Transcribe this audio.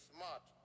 Smart